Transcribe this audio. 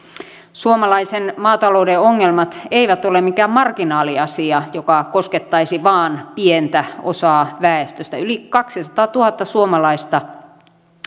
suomalaisen maatalouden ongelmat eivät ole mikään marginaaliasia joka koskettaisi vain pientä osaa väestöstä yli kaksisataatuhatta suomalaista